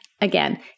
again